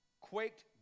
quaked